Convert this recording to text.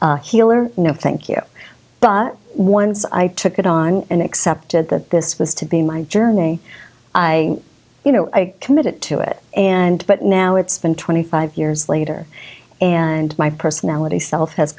healer no thank you but once i took it on and accepted that this was to be my journey i you know i committed to it and but now it's been twenty five years later and my personality self has